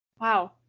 Wow